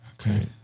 Okay